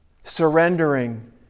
Surrendering